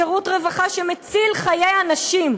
שירות רווחה שמציל חיי אנשים,